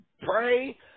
pray